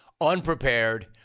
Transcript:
unprepared